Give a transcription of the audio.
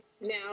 now